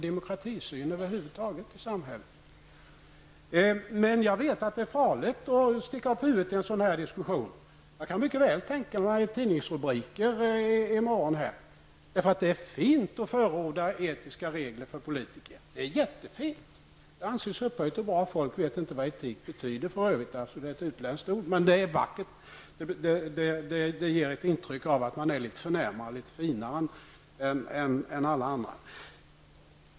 Jag vet att det är farligt att sticka upp huvudet i en sådan här diskussion. Jag kan mycket väl tänka mig morgondagens tidningsrubriker, nämligen att det är jättefint att förorda etiska regler för politiker. Det anses upphöjt och bra. För övrigt vet inte folk vad etik betyder. Det är ett utländskt ord, men det är vackert och det ger ett intryck av att man är litet förnämare och finare än alla andra.